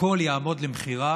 הכול יעמוד למכירה